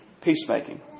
Peacemaking